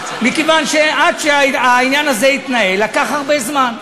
מכיוון שעד שהעניין הזה התנהל לקח הרבה זמן.